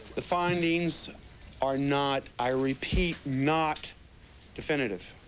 the findings are not i repeat not definitive.